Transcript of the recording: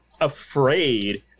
afraid